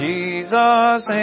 Jesus